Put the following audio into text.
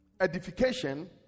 edification